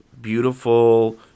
Beautiful